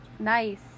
Nice